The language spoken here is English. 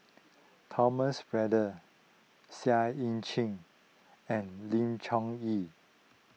Thomas Braddell Seah Eu Chin and Lim Chong Yah